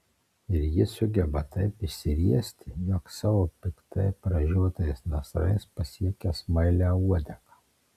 ir ji sugeba taip išsiriesti jog savo piktai pražiotais nasrais pasiekia smailią uodegą